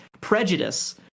prejudice